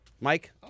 Mike